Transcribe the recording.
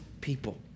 people